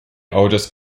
oldest